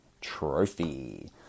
trophy